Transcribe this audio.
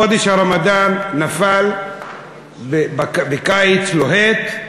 חודש הרמדאן נפל בקיץ לוהט,